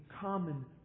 common